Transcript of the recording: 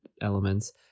elements